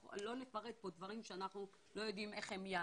לא נפרט פה דברים שאנחנו לא יודעים איך הם יעבדו.